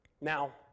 Now